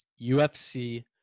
UFC